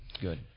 good